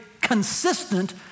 consistent